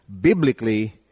biblically